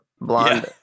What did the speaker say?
blonde